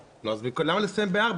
למה לסיים ב-16?